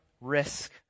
risk